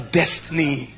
destiny